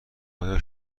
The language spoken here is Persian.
ایا